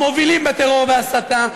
המובילים בטרור ובהסתה,